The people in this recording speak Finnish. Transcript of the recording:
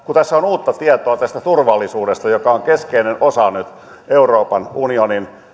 kun tässä on uutta tietoa tästä turvallisuudesta joka on nyt keskeinen osa euroopan unionin